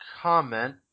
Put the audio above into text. comment